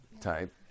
type